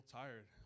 tired